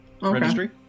registry